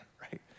right